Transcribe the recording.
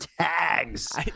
tags